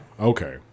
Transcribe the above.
Okay